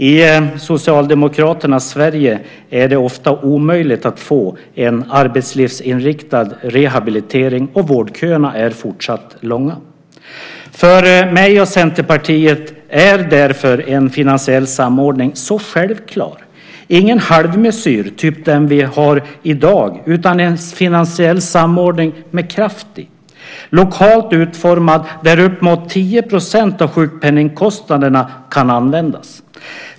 I Socialdemokraternas Sverige är det ofta omöjligt att få en arbetslivsinriktad rehabilitering, och vårdköerna är fortsatt långa. För mig och Centerpartiet är därför en finansiell samordning så självklar. Vi vill inte ha någon halvmesyr, typ den vi har i dag, utan en finansiell samordning med kraft i, lokalt utformad där uppemot 10 % av sjukpenningkostnaderna kan användas.